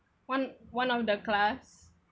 one one of the class